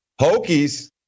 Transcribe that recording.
Hokies